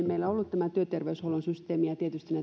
meillä ollut erittäin hyvä systeemi ja tietysti